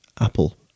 Apple